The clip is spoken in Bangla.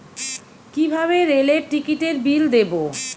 কিভাবে রেলের টিকিটের বিল দেবো?